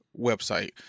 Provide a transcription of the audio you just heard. website